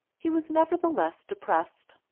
he was nevertheless depressed.